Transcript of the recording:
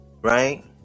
Right